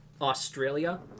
Australia